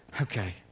Okay